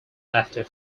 after